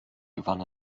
gewann